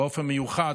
באופן מיוחד,